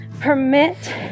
Permit